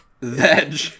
Veg